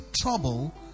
trouble